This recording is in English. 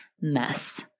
mess